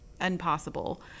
impossible